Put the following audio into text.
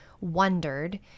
wondered